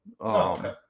Okay